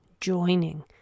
joining